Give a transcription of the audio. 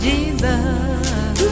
Jesus